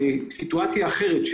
סיטואציה אחרת,